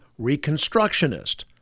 reconstructionist